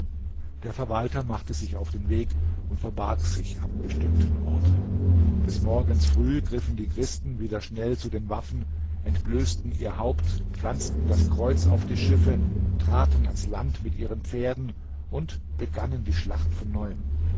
der verwalter machte sich auf den weg und verbarg sich am bestimmten orte des morgens früh griffen die christen wieder schnell zu den waffen entblößten ihr haupt pflanzten das kreuz auf die schiffe traten ans land mit ihren pferden und begannen die schlacht von neuem